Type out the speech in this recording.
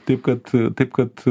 taip kad taip kad